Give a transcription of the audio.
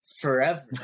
forever